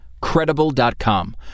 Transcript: Credible.com